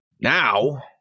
Now